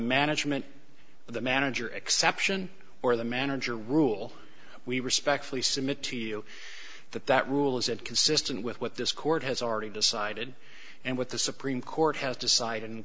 management of the manager exception or the manager rule we respectfully submit to you that that rule is it consistent with what this court has already decided and what the supreme court has decided and